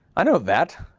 i know that,